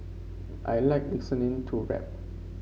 I like listening to rap